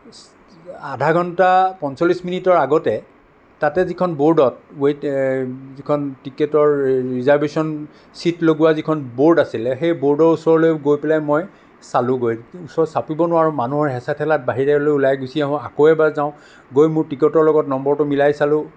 আধা ঘণ্টা পঞ্চল্লিছ মিনিটৰ আগতে তাতে যিখন ব'ৰ্ডত ৱেইট যিখন টিকটৰ ৰিজাৰ্ভেছন চিট লগোৱা যিখন ব'ৰ্ড আছিলে সেই ব'ৰ্ডৰ ওচৰলৈ গৈ পেলাই মই চালোঁগৈ ওচৰত চাপিব নোৱাৰোঁ মানুহৰ হেঁচা ঠেলাত বাহিৰলৈ ওলাই গুচি আহোঁ আকৌ এবাৰ যাওঁ গৈ মোৰ টিকটৰ লগত নম্বৰটো মিলাই চালোঁ